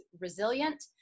resilient